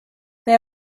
they